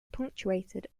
punctuated